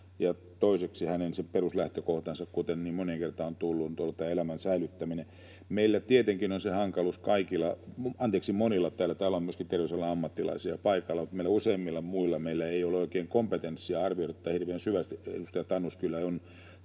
ja toiseksi hänen peruslähtökohtansa, kuten niin moneen kertaan on tullut, on tämä elämän säilyttäminen. Meillä tietenkin on se hankaluus kaikilla — anteeksi, monilla, täällä on myöskin terveysalan ammattilaisia paikalla — että useimmilla meillä ei ole oikein kompetenssia arvioida tätä hirveän syvästi. — Edustaja Tanus kyllä on